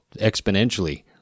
exponentially